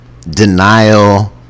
denial